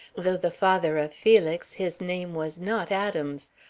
though the father of felix, his name was not adams.